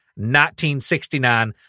1969